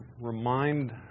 remind